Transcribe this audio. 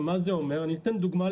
אני אתן דוגמא,